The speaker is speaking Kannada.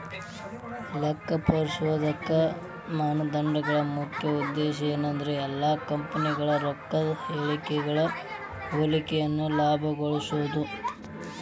ಲೆಕ್ಕಪರಿಶೋಧಕ ಮಾನದಂಡಗಳ ಮುಖ್ಯ ಉದ್ದೇಶ ಏನಂದ್ರ ಎಲ್ಲಾ ಕಂಪನಿಗಳ ರೊಕ್ಕದ್ ಹೇಳಿಕೆಗಳ ಹೋಲಿಕೆಯನ್ನ ಸುಲಭಗೊಳಿಸೊದು